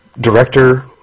director